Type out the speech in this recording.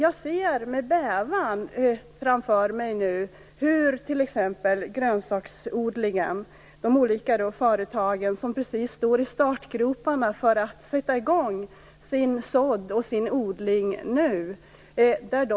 Jag ser med bävan framför mig hur t.ex. de olika företagen som sysslar med grönsaksodling står i startgroparna för att sätta i gång sin sådd och odling.